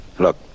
Look